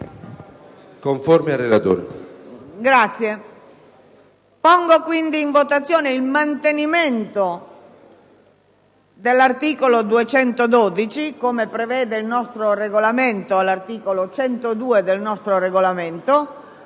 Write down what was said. conforme al relatore